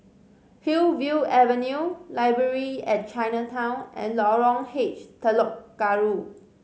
Hillview Avenue Library at Chinatown and Lorong H Telok Kurau